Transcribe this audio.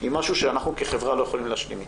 היא משהו שאנחנו כחברה לא יכולים להשלים איתו.